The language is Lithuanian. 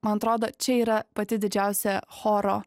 man atrodo čia yra pati didžiausia choro